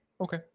Okay